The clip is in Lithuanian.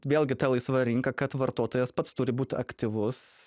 vėlgi ta laisva rinka kad vartotojas pats turi būt aktyvus